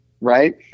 right